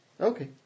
Okay